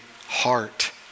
heart